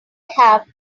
have